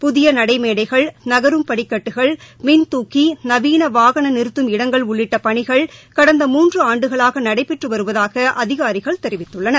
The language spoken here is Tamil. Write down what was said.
புதிய நடைமேடைகள் நகரும் படிக்கட்டுகள் மின்துக்கி நவீன வாகன நிறுத்தும் இடங்கள் உள்ளிட்ட பணிகள் கடந்த மூன்று ஆண்டுகளாக நடைபெற்று வருவதாக அதிகாரிகள் தெரிவித்துள்ளனர்